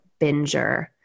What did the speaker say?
binger